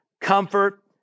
comfort